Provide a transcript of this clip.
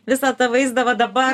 visą tą vaizdą va dabar